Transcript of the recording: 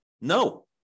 No